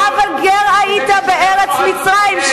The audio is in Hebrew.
אבל גר היית בארץ מצרים,